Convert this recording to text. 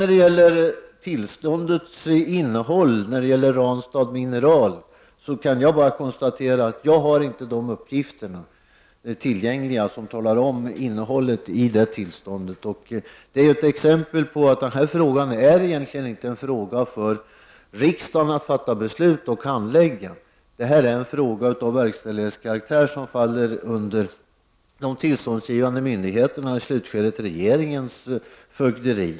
När det sedan gäller innehållet i Ranstad Minerals tillstånd kan jag bara konstatera att jag inte har uppgifterna härom tillgängliga. Det är ett exempel på att detta egentligen inte är en fråga för riksdagen att handlägga och fatta beslut om. Det är en fråga av verkställighetskaraktär, som hör till de tillståndsgivande myndigheternas och i slutskedet till regeringens fögderi.